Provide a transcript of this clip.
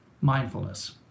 Mindfulness